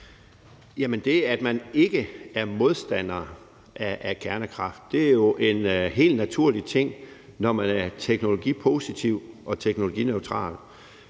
Jamen det, at man ikke er modstander af kernekraft, er jo en helt naturlig ting, når man er teknologipositiv og går